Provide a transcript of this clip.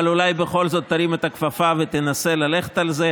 אבל אולי תרים בכל זאת את הכפפה ותנסה ללכת על זה,